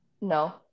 No